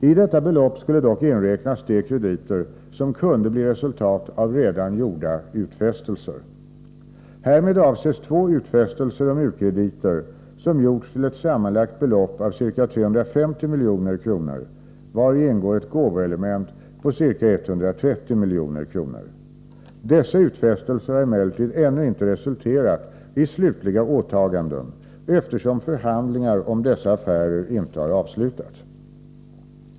I detta belopp skulle dock inräknas de krediter som kunde bli resultat av redan gjorda utfästelser. Härmed avses två utfästelser om u-krediter som gjorts till ett sammanlagt belopp av ca 350 milj.kr., vari ingår ett gåvoelement på ca 130 milj.kr. Dessa utfästelser har emellertid ännu inte resulterat i slutliga åtaganden, eftersom förhandlingar om dessa affärer inte har avslutats.